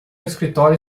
escritório